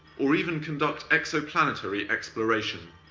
or even conduct extra planetary exploration.